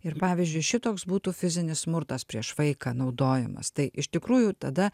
ir pavyzdžiui šitoks būtų fizinis smurtas prieš vaiką naudojamas tai iš tikrųjų tada